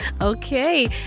okay